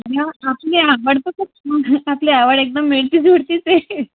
अय्या आपली आवड तर खूप आपली आवड एकदम मिळतीजुळतीच आहे